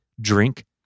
drink